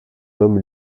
homme